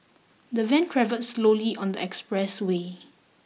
the van travelled slowly on the expressway